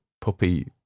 puppy